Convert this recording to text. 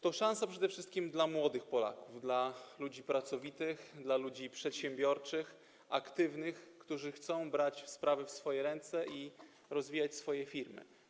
To szansa przede wszystkim dla młodych Polaków, dla ludzi pracowitych, przedsiębiorczych i aktywnych, którzy chcą brać sprawy w swoje ręce i rozwijać swoje firmy.